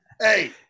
Hey